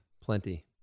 plenty